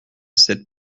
cette